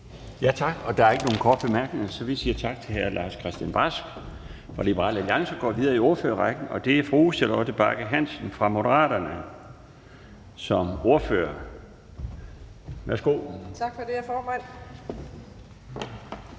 Tak. Der er ikke nogen korte bemærkninger, så vi siger tak til hr. Lars-Christian Brask fra Liberal Alliance og går videre i ordførerrækken. Det er fru Charlotte Bagge Hansen fra Moderaterne som ordfører. Værsgo. Kl. 16:02 (Ordfører)